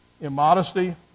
Immodesty